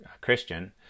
christian